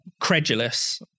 credulous